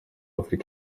afurika